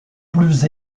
plus